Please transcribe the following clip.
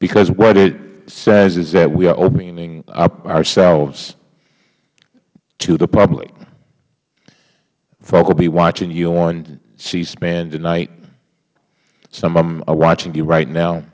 because what it says is that we are opening up ourselves to the public folks will be watching you on c span tonight some of them are watching you right